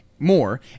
more